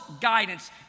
guidance